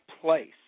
place